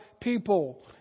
people